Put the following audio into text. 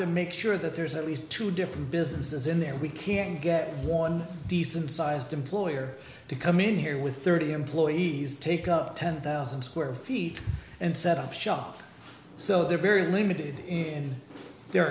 to make sure that there's at least two different businesses in there we can get one decent sized employer to come in here with thirty employees take up ten thousand square feet and set up shop so they're very limited in their